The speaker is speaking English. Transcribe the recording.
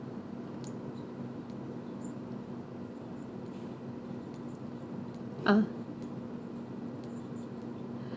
uh